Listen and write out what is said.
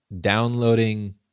downloading